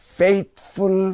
faithful